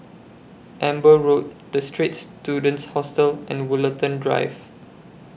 Amber Road The Straits Students Hostel and Woollerton Drive